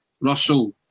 Russell